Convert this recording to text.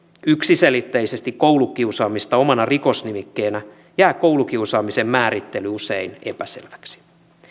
yksiselitteisesti koulukiusaamista omana rikosnimikkeenä jää koulukiusaamisen määrittely usein epäselväksi